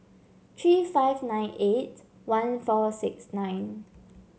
three five nine eight one four six nine